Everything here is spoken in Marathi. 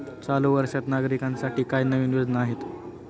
चालू वर्षात नागरिकांसाठी काय नवीन योजना आहेत?